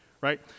right